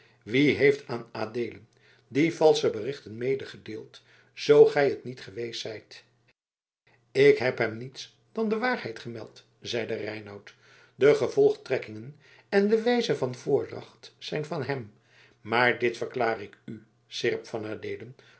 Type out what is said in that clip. wie heeft aan adeelen die valsche berichten medegedeeld zoo gij het niet geweest zijt ik heb hem niets dan de waarheid gemeld zeide reinout de tevolgtrekkingen en de wijze van voordracht zijn van hem maar dit verklaar ik u seerp van adeelen